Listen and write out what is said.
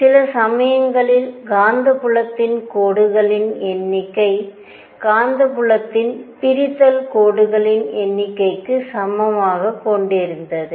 சில சமயங்களில் காந்தப்புலத்தின் கோடுகளின் எண்ணிக்கை காந்தப்புலத்தின் பிரித்தல் கோடுகளின் எண்ணிக்கைக்கு சமமாகக் கொண்டிருந்தது